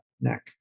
neck